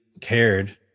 cared